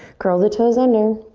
curl the toes under.